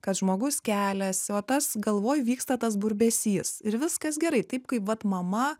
kad žmogus keliasi o tas galvoj vyksta tas burbesys ir viskas gerai taip kaip vat mama